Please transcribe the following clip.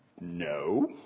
no